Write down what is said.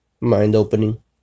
mind-opening